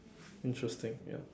interesting ya